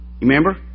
remember